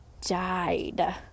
died